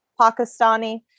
Pakistani